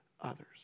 others